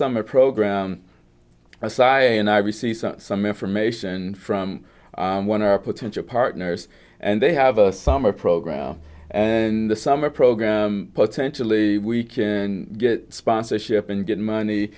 summer program asya and i received some information from one of our potential partners and they have a summer program and the summer program potentially we can get sponsorship and get money